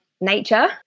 nature